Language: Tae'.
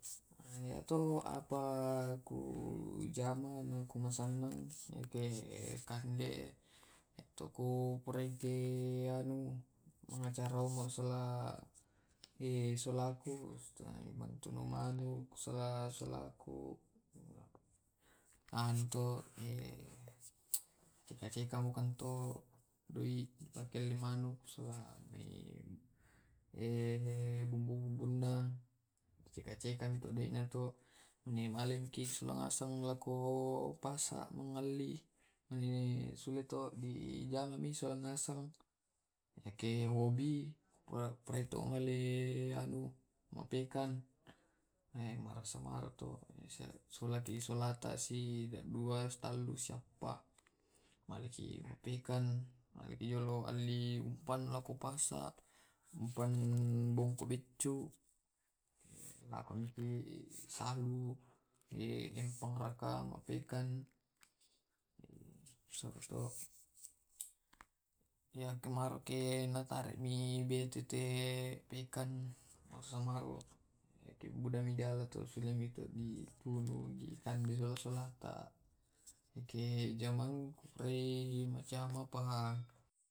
Eh iya to hanto bisa masannang na to hobiku eh, jamangku, sola keluargaku, silo kande iyatu bisa masennang to.